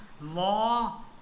law